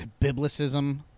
biblicism